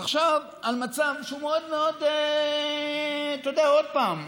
תחשוב על מצב שהוא מאוד מאוד, אתה יודע, עוד פעם,